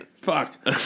Fuck